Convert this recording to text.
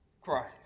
Christ